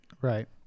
Right